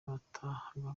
batahaga